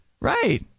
Right